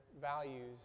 values